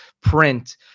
print